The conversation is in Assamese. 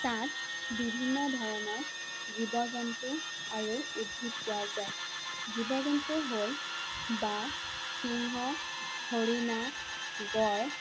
তাত বিভিন্ন ধৰণৰ জীৱ জন্তু আৰু উদ্ভিদ পোৱা যায় জীৱ জন্তু হ'ল বাঘ সিংহ হৰিণা গঁড়